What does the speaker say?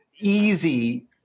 easy